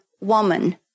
woman